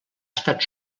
estat